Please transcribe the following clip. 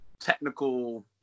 technical